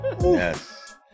Yes